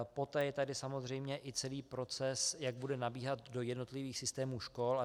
Poté je tady samozřejmě i celý proces, jak bude nabíhat do jednotlivých systémů škol.